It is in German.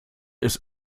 ist